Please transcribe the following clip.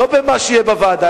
כלומר לא במה שיהיה בוועדה,